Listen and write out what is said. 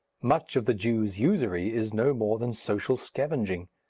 much of the jew's usury is no more than social scavenging.